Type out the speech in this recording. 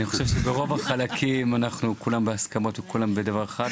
אני חושב שברוב החלקים כולם בהסכמות וכולם בדבר אחד,